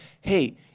hey